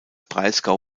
breisgau